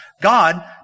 God